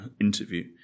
interview